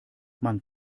man